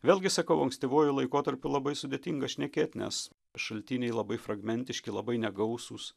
vėlgi sakau ankstyvuoju laikotarpiu labai sudėtinga šnekėt nes šaltiniai labai fragmentiški labai negausūs